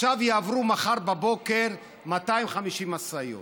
מחר בבוקר יעברו 250 משאיות.